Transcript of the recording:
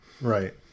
Right